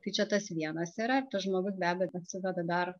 tai čia tas vienas yra tas žmogus be abejo atsiveda dar